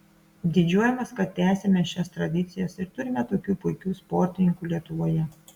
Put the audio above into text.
didžiuojamės kad tęsiame šias tradicijas ir turime tokių puikių sportininkų lietuvoje